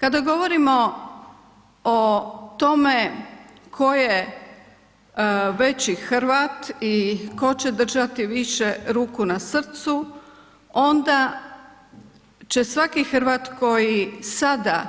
Kada govorimo o tome tko je veći Hrvat i tko će držati više ruku na srcu onda će svaki Hrvat koji sada